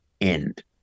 end